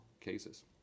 cases